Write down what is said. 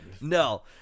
No